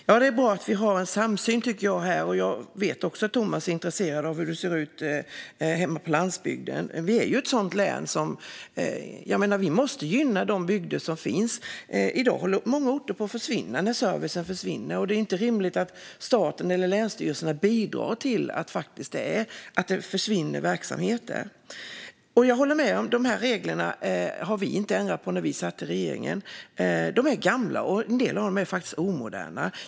Fru talman! Det är bra att vi har en samsyn, och jag vet också att Tomas Eneroth är intresserad av hur det ser ut hemma på landsbygden i Kronoberg. I ett sådant län måste vi gynna de bygder som finns. I dag håller många orter på att försvinna eftersom servicen försvinner, och då är det inte rimligt att staten eller länsstyrelserna bidrar till att verksamheter försvinner. Jag håller med om att vi inte ändrade reglerna när vi satt i regeringen. De är gamla, och en del av dem är omoderna.